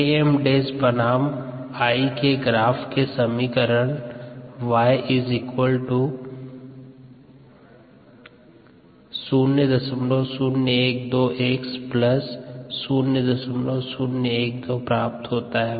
Km बनाम I के graph से समीकरण y 0012x 012 प्राप्त होता है